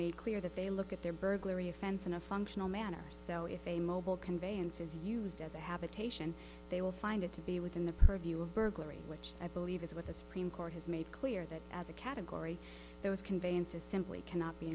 made clear that they look at their burglary offense in a functional manners so if a mobile conveyance is used as a habitation they will find it to be within the purview of burglary which i believe is with us supreme court has made clear that as a category those conveyances simply cannot be